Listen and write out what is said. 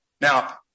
now